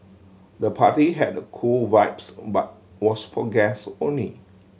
the party had a cool vibes but was for guest only